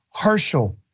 Herschel